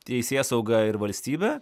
teisėsauga ir valstybė